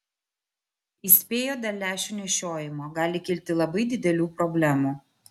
įspėjo dėl lęšių nešiojimo gali kilti labai didelių problemų